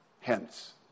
hence